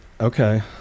okay